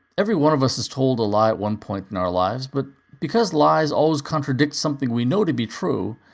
every one of us has told a lie at one point in our lives, but because lies always contradict something we know to be true,